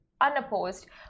unopposed